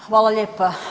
Hvala lijepa.